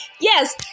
Yes